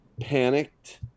panicked